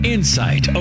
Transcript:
Insight